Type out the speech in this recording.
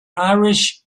irish